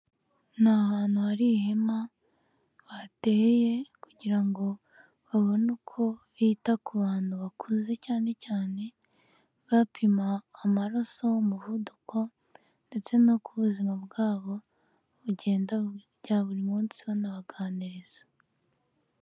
Ni ahantu hari ihema bateye kugira ngo babone uko bita ku bantu bakuze, cyane cyane bapima amaraso, umuvuduko ndetse nuko ubuzima bwabo bugenda bya buri munsi banabaganiriza.